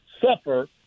suffer